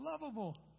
lovable